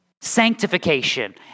sanctification